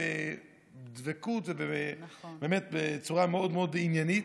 בדבקות ובצורה מאוד מאוד עניינית.